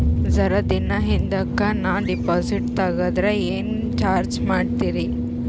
ಜರ ದಿನ ಹಿಂದಕ ನಾ ಡಿಪಾಜಿಟ್ ತಗದ್ರ ಏನ ಚಾರ್ಜ ಮಾಡ್ತೀರಿ?